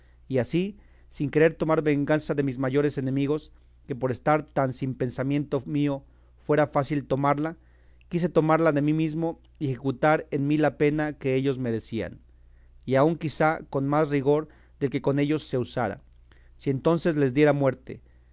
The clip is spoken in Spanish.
y así sin querer tomar venganza de mis mayores enemigos que por estar tan sin pensamiento mío fuera fácil tomarla quise tomarla de mi mano y ejecutar en mí la pena que ellos merecían y aun quizá con más rigor del que con ellos se usara si entonces les diera muerte